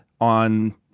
on